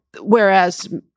Whereas